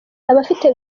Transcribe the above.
abafite